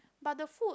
but the food